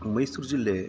ಮೈಸೂರು ಜಿಲ್ಲೆ